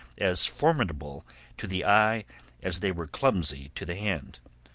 as formidable to the eye as they were clumsy to the hand.